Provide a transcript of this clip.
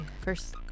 First